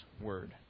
Word